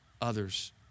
others